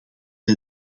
hij